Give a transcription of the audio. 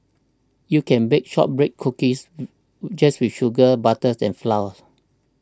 you can bake Shortbread Cookies just with sugar butter and flour